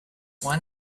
one